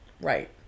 right